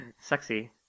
Sexy